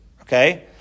Okay